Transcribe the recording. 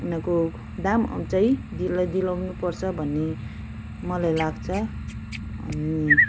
उनीहरूको दामहरू चाहिँ दिला दिलाउनुपर्छ भन्ने मलाई लाग्छ अनि